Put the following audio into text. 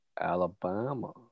Alabama